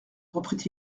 reprit